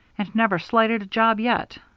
and never slighted a job yet,